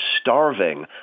starving